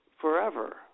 forever